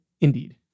Indeed